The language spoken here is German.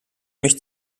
mich